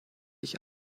ich